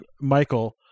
Michael